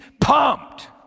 pumped